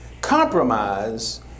Compromise